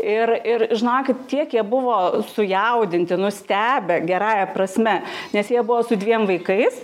ir ir žinokit tiek jie buvo sujaudinti nustebę gerąja prasme nes jie buvo su dviem vaikais